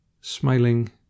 smiling